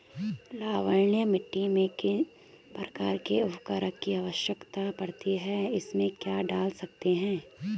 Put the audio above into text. लवणीय मिट्टी में किस प्रकार के उर्वरक की आवश्यकता पड़ती है इसमें क्या डाल सकते हैं?